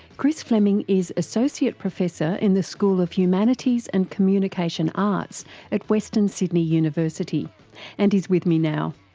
chris fleming is associate professor in the school of humanities and communication arts at western sydney university and he's with me now.